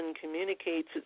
communicates